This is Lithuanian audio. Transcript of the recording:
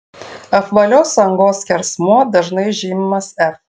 apvalios angos skersmuo dažnai žymimas f